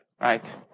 right